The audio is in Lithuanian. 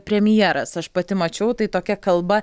premjeras aš pati mačiau tai tokia kalba